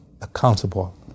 accountable